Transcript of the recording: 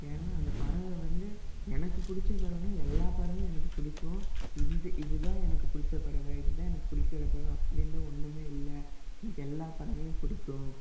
ஏன்னால் அந்த பறவை வந்து எனக்கு பிடிச்ச பறவைன்னா எல்லா பறவையும் எனக்கு பிடிக்கும் இந்து இது தான் எனக்கு பிடிச்ச பறவை இது தான் எனக்கு பிடிக்காத பறவை அப்படின்னுலாம் ஒன்றுமே இல்லை எனக்கு எல்லா பறவையும் பிடிக்கும்